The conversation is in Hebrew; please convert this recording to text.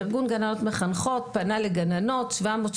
ארגון גננות מחנכות פנה לגננות כדי לשמוע את עמדותיהן.